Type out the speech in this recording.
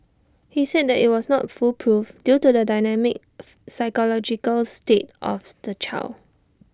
he said that IT was not foolproof due to the dynamic psychological state of the child